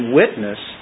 witness